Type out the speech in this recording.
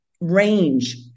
range